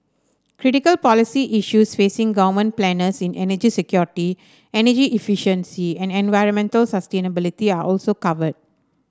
critical policy issues facing government planners in energy security energy efficiency and environmental sustainability are also covered